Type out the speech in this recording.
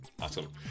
awesome